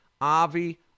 Avi